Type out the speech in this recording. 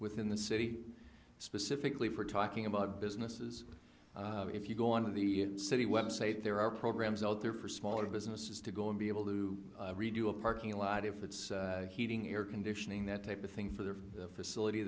within the city specifically for talking about businesses if you go out of the city website there are programs out there for smaller businesses to go and be able to redo a parking lot if that's heating air conditioning that type of thing for their facility